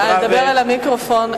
דבר אל המיקרופון.